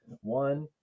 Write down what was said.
one